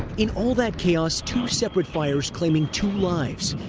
in all that chaos, two separate fires claiming two lives.